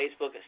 Facebook